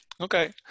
Okay